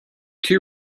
too